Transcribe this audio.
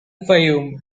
fayoum